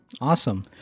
Awesome